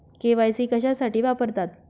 KYC कशासाठी वापरतात?